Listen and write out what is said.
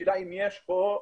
אני חושב שיש מודעות,